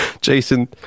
Jason